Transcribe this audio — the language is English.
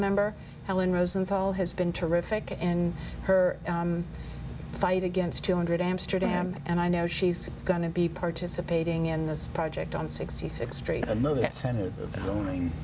member alan rosenthal has been terrific and her fight against two hundred amsterdam and i know she's going to be participating in this project on sixty six straight